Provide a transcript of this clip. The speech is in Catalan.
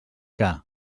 que